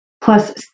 plus